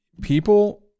people